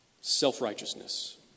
self-righteousness